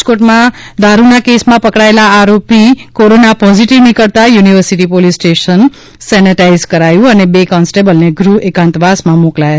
રાજકોટમાં દારૂના કેસમાં પકડાયેલ આરોપી કોરોના પોઝિટિવ નીકળતા યુનિવર્સિટિ પોલિસ સ્ટેશન સેનેટાઈઝ કરાયું અને બે કોંસ્ટેબલને ગૃહ એકાંતવાસ માં મોકલાયા